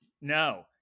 no